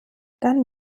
dann